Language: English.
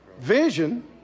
Vision